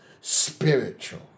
spiritual